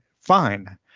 fine